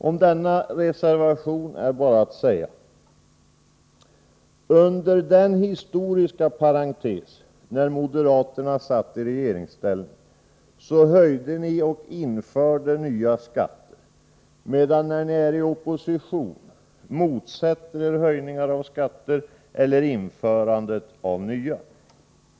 Om denna reservation är bara att säga: Under den tid, den historiska parentes, när moderaterna satt i regeringsställning höjde ni skatter och införde nya skatter, medan ni i oppositionsställning motsätter er höjningar av skatter och införande av nya.